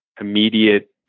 immediate